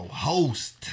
Host